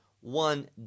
one